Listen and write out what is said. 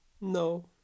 No